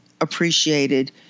appreciated